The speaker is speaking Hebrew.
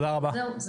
זהו.